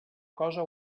cosa